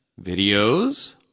videos